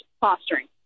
fostering